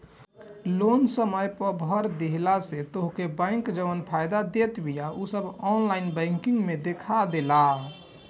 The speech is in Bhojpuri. लोन समय पअ भरला से तोहके बैंक जवन फायदा देत बिया उ सब ऑनलाइन बैंकिंग में देखा देला